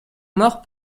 mort